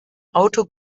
auto